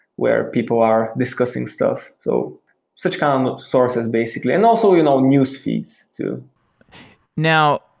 where people are discussing stuff. so such um sources basically. and also you know newsfeeds too now,